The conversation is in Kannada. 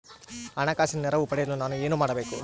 ಹಣಕಾಸಿನ ನೆರವು ಪಡೆಯಲು ನಾನು ಏನು ಮಾಡಬೇಕು?